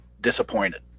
disappointed